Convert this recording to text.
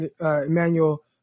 Emmanuel